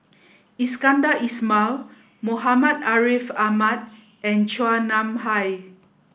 Iskandar Ismail Muhammad Ariff Ahmad and Chua Nam Hai